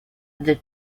the